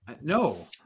no